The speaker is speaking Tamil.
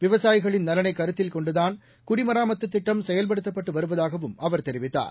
விவசாயிகளின் நலனை கருத்தில் கொண்டுதான் குடிமராமத்து திட்டம் செயல்படுத்தப்பட்டு வருவதாகவும் அவர் தெரிவித்தார்